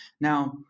Now